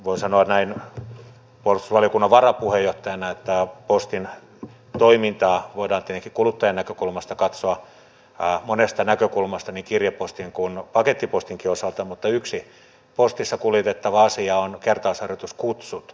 voin sanoa näin puolustusvaliokunnan varapuheenjohtajana että postin toimintaa voidaan tietenkin kuluttajan näkökulmasta katsoa monesta näkökulmasta niin kirjepostin kuin pakettipostinkin osalta mutta yksi postissa kuljetettava asia on kertausharjoituskutsut